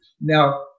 Now